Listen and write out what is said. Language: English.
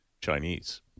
Chinese